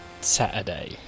Saturday